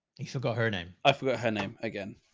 i forgot her name. i forgot her name again.